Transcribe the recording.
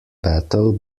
battle